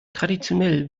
traditionell